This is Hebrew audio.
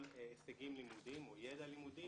דיווחי תלמידים).